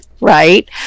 right